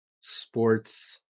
sports